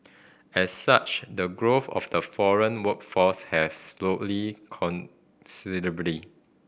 as such the growth of the foreign workforce has considerably